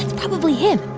probably him.